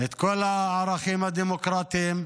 את כל הערכים הדמוקרטיים,